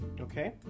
Okay